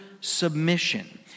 submission